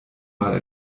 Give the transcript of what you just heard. mal